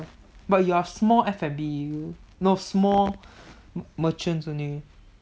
but you're small F&B no small merchants only